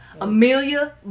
Amelia